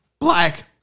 Black